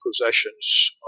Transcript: possessions